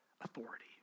authority